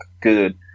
good